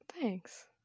Thanks